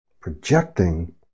projecting